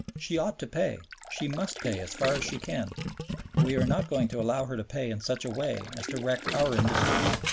she ought to pay, she must pay as far as she can, but we are not going to allow her to pay in such a way as to wreck our industries.